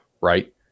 right